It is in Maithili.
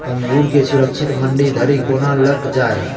अंगूर केँ सुरक्षित मंडी धरि कोना लकऽ जाय?